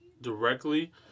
directly